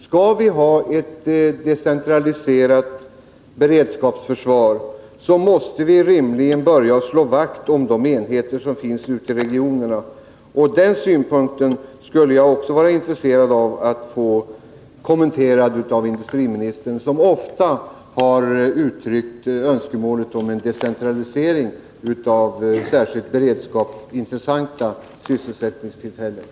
Skall vi ha ett decentraliserat beredskapsförsvar, måste vi rimligen börja slå vakt om de enheter som finns ute i regionerna. Den synpunkten skulle jag också vara intresserad av att få kommenterad av industriministern, som ofta har uttryckt önskemålet om en decentralisering av särskilt ur beredskapssynpunkt intressanta sysselsättningsobjekt.